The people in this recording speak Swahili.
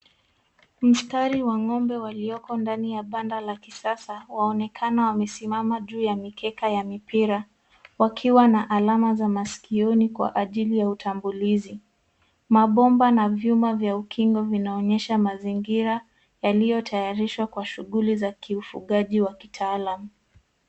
Mistari wa ng'ombe walioko ndani ya banda la kisasa waonekana wamesimama juu ya mikeka ya mipira wakiwa na alama za masikioni kwa ajili ya utambulizi. Mbomba na vyuma vya ukingo vina onyesha mazingira yaliyo tayarishwa kwa kwa shughuli za ufugaji wa kitaalam.